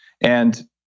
And-